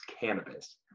cannabis